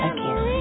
Again